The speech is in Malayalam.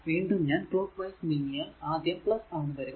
വീണ്ടും ഞാൻ ക്ലോക്ക് വൈസ് നീങ്ങിയാൽ ആദ്യം ആണ് വരിക